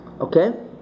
Okay